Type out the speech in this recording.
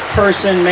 person